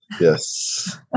Yes